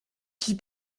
qui